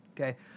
Okay